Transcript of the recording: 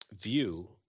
view